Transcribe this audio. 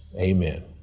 Amen